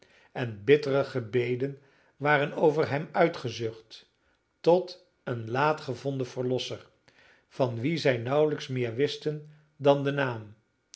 en bittere gebeden waren over hem uitgezucht tot een laat gevonden verlosser van wien zij nauwelijks meer wisten dan den naam